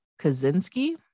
Kaczynski